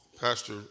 Pastor